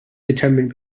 determined